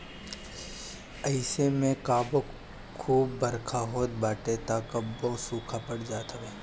अइसे में कबो खूब बरखा होत बाटे तअ कबो सुखा पड़ जात हवे